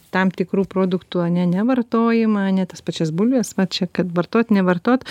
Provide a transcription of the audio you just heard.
tam tikrų produktų ane nevartojimą ane tas pačias bulves vat čia kad vartot nevartot